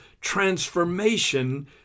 transformation